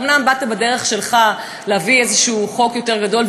אומנם באת בדרך שלך להביא איזשהו חוק יותר גדול,